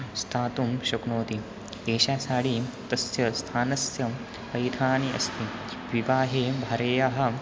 स्थातुं शक्नोति एषा साडी तस्य स्थानस्य पैधानि अस्ति विवाहे भरेयाः